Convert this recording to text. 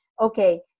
okay